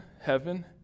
heaven